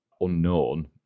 unknown